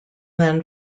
then